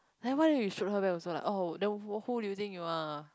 then why don't you shoot her back also like oh then who who do you think you are